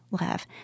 love